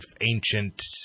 ancient